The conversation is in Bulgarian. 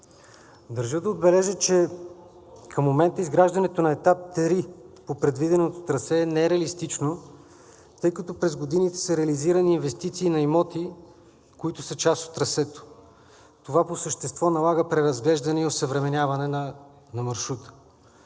Държа да отбележа, че към момента изграждането на Етап III по предвиденото трасе е нереалистично, тъй като през годините са реализирани инвестиции на имоти, които са част от трасето. Това по същество налага преразглеждане и осъвременяване на маршрута.